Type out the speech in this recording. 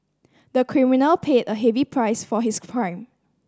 the criminal paid a heavy price for his crime